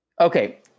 Okay